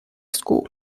school